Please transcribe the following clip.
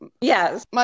Yes